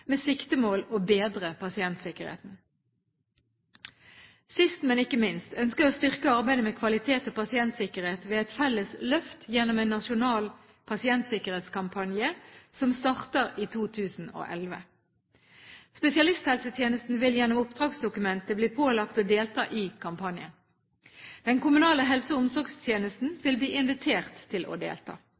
med siktemål å bedre pasientsikkerheten. Sist, men ikke minst, ønsker jeg å styrke arbeidet med kvalitet og pasientsikkerhet ved et felles løft gjennom en nasjonal pasientsikkerhetskampanje som starter i 2011. Spesialisthelsetjenesten vil gjennom oppdragsdokumentet bli pålagt å delta i kampanjen. Den kommunale helse- og omsorgstjenesten vil bli invitert til å delta.